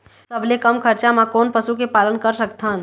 सबले कम खरचा मा कोन पशु के पालन कर सकथन?